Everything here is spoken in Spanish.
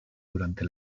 durante